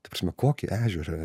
ta prasme kokį ežerą